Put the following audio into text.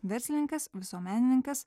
verslininkas visuomenininkas